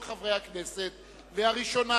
החוקה בנושא זה, כפי שהוצגה על-ידי יושב-ראש ועדת